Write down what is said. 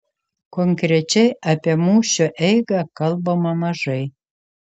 konkrečiai apie mūšio eigą kalbama mažai